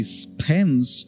spends